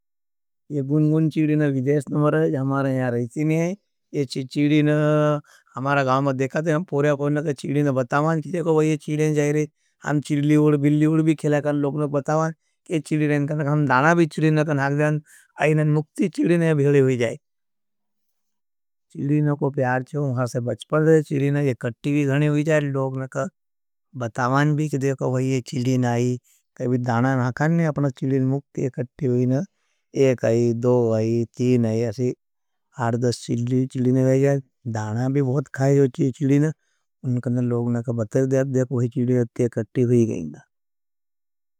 ये गुण-गुण चिलीन विदेस नमर है, हमारे यार रहती नहीं है। ये चिलीन, हमारा गाओं में देखाते हैं, हम पोर्या कोई नका चिलीन बतावाँ, किजे को वह ये चिलीन जाय रहे हैं। हम चिलीवर, बिल्लीवर भी खेले कर लोगनों बतावाँ, किजे चिलीन नका, हम दाना भी चिलीन नका नाक देखा, अइने मुक्ती चिलीन ने भेले होई जाय। चिलीनों को प्यार चहूं, वहाँ से बच्पल रहे हैं चिलीनों, ये कटी भी घणे होई जाय लोगनों का बतावाँ भी, किजे को वह ये चिलीन आई। किजे भी दाना नाकान ने अपना चिलीन मुक्ती, ये कटी होई ना, एक आई, दो आई, तीन आई, हार दस चिल ने वाई जाय। दाना भी बहुत खाये चिलीन ने, उनकने लोगना का बतावाँ दात, देख वही चिलीन अपने चिलीन अपने कटी भी घणे होई ना।